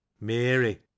mary